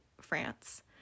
France